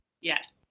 Yes